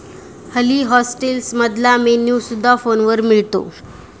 हल्ली हॉटेल्समधला मेन्यू सुद्धा फोनवर मिळतो